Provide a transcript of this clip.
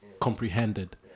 comprehended